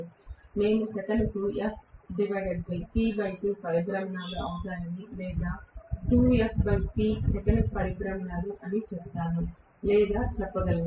మేము సెకనుకు పరిభ్రమణాలు అవుతామని లేదా సెకనుకు పరిభ్రమణాలు అని నేను చెప్తాను లేదా నేను చెప్పగలను